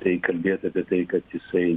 tai kalbėt apie tai kad jisai